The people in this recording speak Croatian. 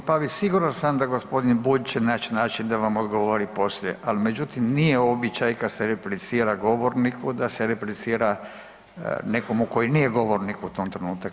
g. Pavić, siguran sam da g. Bulj će nać način da vam odgovori poslije, al međutim nije običaj kad se replicira govorniku da se replicira nekomu koji nije govornik u tom trenutak.